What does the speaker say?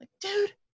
Dude